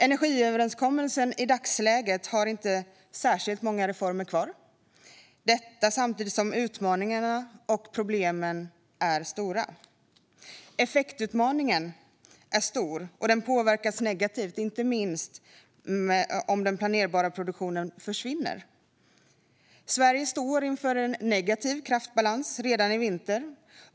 Energiöverenskommelsen har i dagsläget inte särskilt många reformer kvar, detta samtidigt som utmaningarna och problemen är stora. Effektutmaningen är stor, och den påverkas negativt inte minst om den planerbara produktionen försvinner. Sverige står inför en negativ kraftbalans redan i vinter.